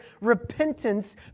repentance